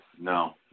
no